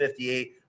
58